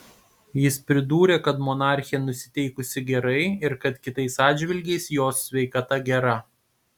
jis pridūrė kad monarchė nusiteikusi gerai ir kad kitais atžvilgiais jos sveikata gera